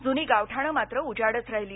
जुनी गावठाणं मात्र उजाडच राहिली